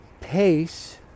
pace